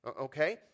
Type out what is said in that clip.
okay